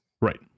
Right